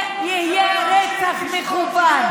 זה יהיה רצח מכוון.